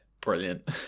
Brilliant